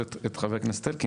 חבר הכנסת אלקין,